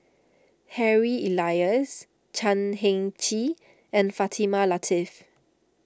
Harry Elias Chan Heng Chee and Fatimah Lateef